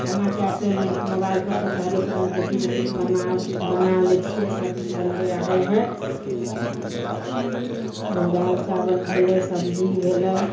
खानाके आइटममे तऽ मोबाइलपर देखिके हरेक रङ्गके चीज बना बना लै छिए सबकिछु बनबै आबै हइ दालि चावल भेलै सब्जी भेलै